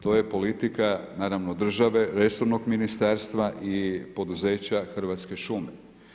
To je politika, naravno, države, resornog ministarstva i poduzeća Hrvatske šume.